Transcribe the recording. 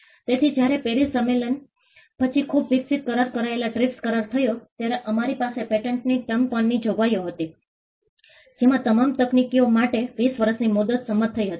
તેથી જ્યારે પેરિસ સંમેલન પછી ખૂબ વિકસિત કરાર કરાયેલ ટ્રીપ્સ કરાર થયો ત્યારે અમારી પાસે પેટન્ટની ટર્મ પરની જોગવાઈઓ હતી જેમાં તમામ તકનીકીઓ માટે 20 વર્ષની મુદત સંમત થઈ હતી